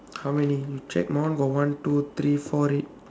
how many you check my one got one two three four red